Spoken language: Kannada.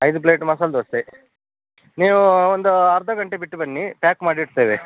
ಐದು ಪ್ಲೇಟ್ ಮಸಾಲ ದೋಸೆ ನೀವು ಒಂದು ಅರ್ಧ ಗಂಟೆ ಬಿಟ್ಟು ಬನ್ನಿ ಪ್ಯಾಕ್ ಮಾಡಿ ಇಡುತ್ತೇವೆ